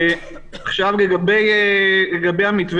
לגבי המתווה